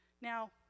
Now